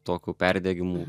tokių perdegimų